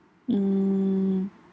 mm